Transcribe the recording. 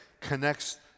connects